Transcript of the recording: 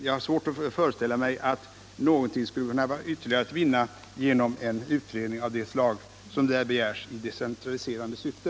Jag har svårt att föreställa mig att någonting ytterligare skulle kunna vinnas genom den utredning som begärs i decentraliseringssyfte.